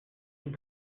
tout